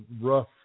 rough